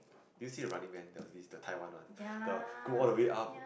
do you see the Running-Man there was this the Taiwan one the go all the way up